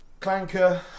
Clanker